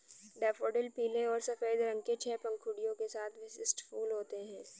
daffodil पीले और सफ़ेद रंग के छह पंखुड़ियों के साथ विशिष्ट फूल होते हैं